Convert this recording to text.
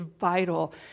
vital